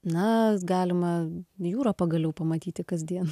na galima jūra pagaliau pamatyti kasdien